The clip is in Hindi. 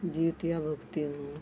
जितिया भुगती हूँ